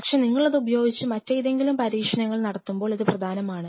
പക്ഷേ നിങ്ങൾ ഇത് ഉപയോഗിച്ച് മറ്റെന്തെങ്കിലും പരീക്ഷണങ്ങൾ നടത്തുമ്പോൾ ഇത് പ്രധാനമാണ്